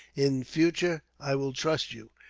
in future, i will trust you.